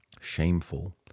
shameful